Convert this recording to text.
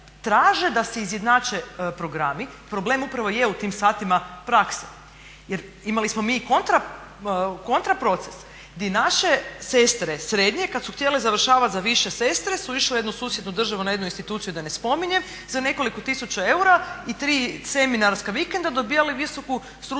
traže da se izjednače programi. Problem upravo je u tim satima prakse, jer imali smo mi i kontra proces gdje naše sestre srednje kada su htjele završavati za više sestre su išle u jednu susjednu državu na jednu instituciju da ne spominjem, za nekoliko tisuća eura i tri seminarska vikenda dobivale visoku stručnu